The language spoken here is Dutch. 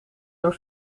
door